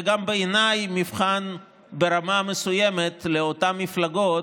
זה גם בעיניי מבחן ברמה מסוימת לאותן מפלגות,